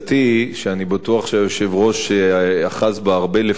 שאני בטוח שהיושב-ראש אחז בה הרבה לפני,